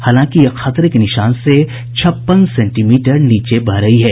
हालांकि यह खतरे के निशान से छप्पन सेंटीमीटर नीचे बह रही है